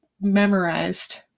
memorized